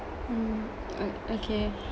mm o~ okay